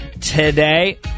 today